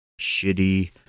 shitty